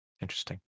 Interesting